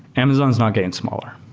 amazon's not getting smaller,